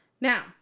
Now